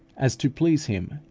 as to please him,